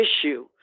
issue